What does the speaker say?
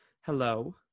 hello